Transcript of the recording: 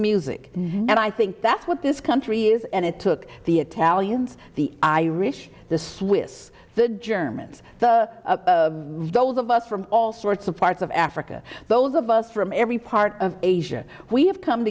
music and i think that's what this country is and it took the italians the irish the swiss the germans the both of us from all sorts of parts of africa those of us from every part asia we have come